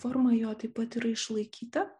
forma jo taip pat ir išlaikyta